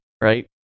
Right